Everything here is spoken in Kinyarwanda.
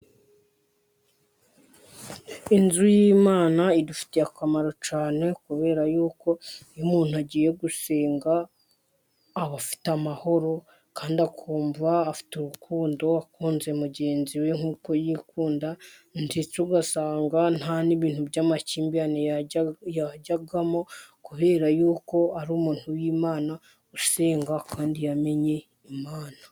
Inzu y'Imana idufitiye akamaro cyane, kubera yuko iyo umuntu agiye gusenga aba afite amahoro kandi akumva afite urukundo, yakunze mugenzi we nk'uko yikunda ndetse ugasanga nta n'ibintu by'amakimbirane ajyamo, kubera yuko ari umuntu w'Imana usenga kandi yamenye Imana.